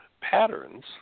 patterns